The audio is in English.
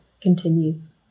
continues